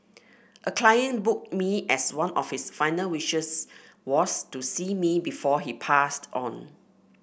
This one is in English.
a client booked me as one of his final wishes was to see me before he passed on